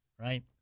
right